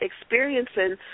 experiencing